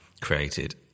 created